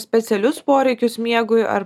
specialius poreikius miegui ar